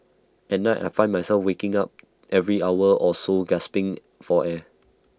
at night I found myself waking up every hour or so gasping for air